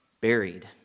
buried